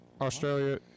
Australia